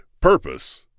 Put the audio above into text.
Purpose